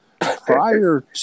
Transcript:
Prior